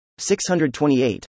628